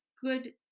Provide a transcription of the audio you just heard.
good